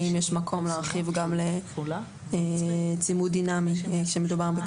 האם יש מקום להרחיב גם לצימוד דינמי כשמדובר בקטין.